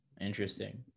interesting